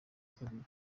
kabiri